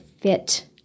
fit